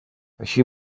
així